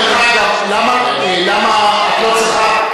דרך אגב, למה את לא צריכה?